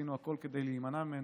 עשינו הכול כדי להימנע ממנו,